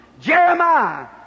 Jeremiah